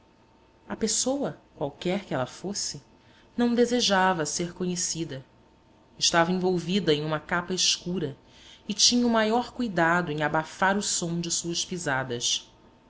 a pessoa qualquer que ela fosse não desejava ser conhecida estava envolvida em uma capa escura e tinha o maior cuidado em abafar o som de suas pisadas